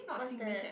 what's that